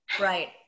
Right